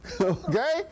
Okay